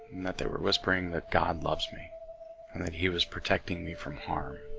and that they were whispering that god loves me and that he was protecting me from harm.